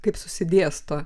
kaip susidėsto